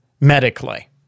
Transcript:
medically